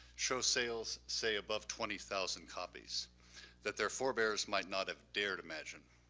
show sales say above twenty thousand copies that their forebears might not have dared imagine.